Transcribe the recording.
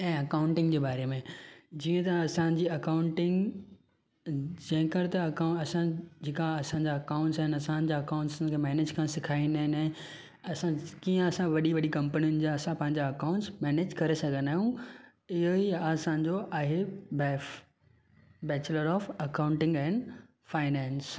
ऐं अकाउटिंग जे ॿारे में जीअं त असांजी अकाउटिंग जंहिं कर त जेका असांजा खाता आहिनि उन्हनि खे मेनेज करणु सेखारीन्दा आहिनि कींअ असां वॾी वॾी कंम्पनियुनि जा असां पंहिंजा खाता मेनेज करे सघन्दा आहियूं इहेई असांजो आहे BAF bachelor of accounting and finance